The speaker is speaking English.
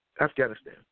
Afghanistan